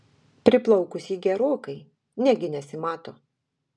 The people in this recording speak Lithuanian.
priplaukus ji gerokai negi nesimato